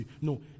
No